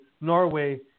Norway